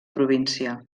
província